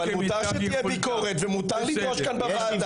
אבל מותר שתהיה ביקורת ומותר לדרוש פה בוועדה.